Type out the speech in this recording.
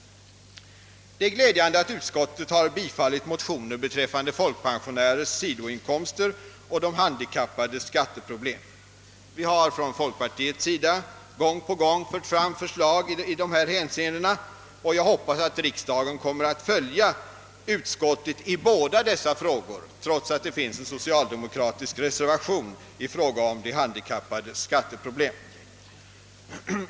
Det är glädjande att utskottet yrkar bifall till motionen beträffande folkpensionärers sidoinkomster och de handikappades skatteproblem. Vi har från folkpartiets sida gång på gång lagt fram förslag i dessa frågor, och jag hoppas att riksdagen kommer att följa utskottets förslag i båda frågorna, trots att det finns en socialdemokratisk reservation i fråga om de handikappades skatteproblem.